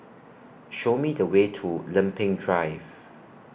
Show Me The Way to Lempeng Drive